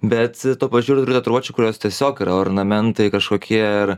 bet tuo pačiu ir tatuiruočių kurios tiesiog yra ornamentai kažkokie ar